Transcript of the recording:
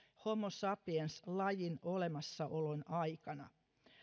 homo sapiens lajin olemassaolon aikana